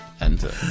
Enter